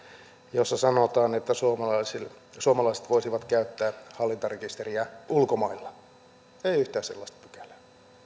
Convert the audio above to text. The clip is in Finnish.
jossa sanotaan että suomalaiset voisivat käyttää hallintarekisteriä ulkomailla ei yhtään sellaista pykälää